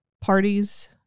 parties